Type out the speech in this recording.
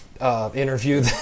interview